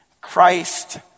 Christ